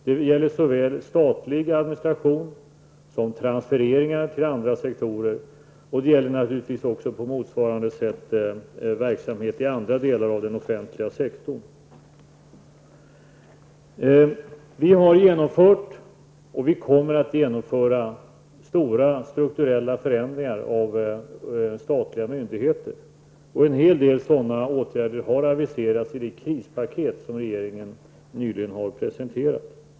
Det gäller såväl statlig administration som transfereringar till andra sektorer. Och det gäller naturligvis på motsvarande sätt verksamhet i andra delar av den offentliga sektorn. Vi har genomfört, och kommer att genomföra, stora strukturella förändringar av statliga myndigheter. En hel del sådana åtgärder har aviserats i det krispaket som regeringen nyligen har presenterat.